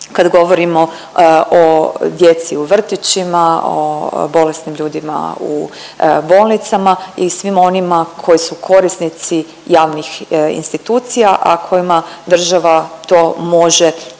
kad govorimo o djeci u vrtićima, o bolesnim ljudima u bolnicama i svim onima koji su korisnici javnih institucija, a kojima država to može i